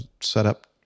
setup